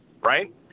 right